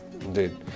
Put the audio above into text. indeed